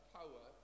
power